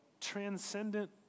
transcendent